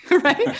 Right